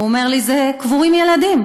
הוא אומר לי: קבורים ילדים.